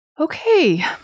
Okay